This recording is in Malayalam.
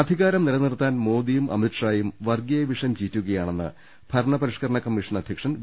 അധികാരം നിലനിർത്താൻ മോദിയും അമിത് ഷായും വർഗീയ വിഷം ചീറ്റുകയാണെന്ന് ഭരണ പരിഷ്കരണ കമ്മീഷൻ അദ്ധ്യക്ഷൻ വി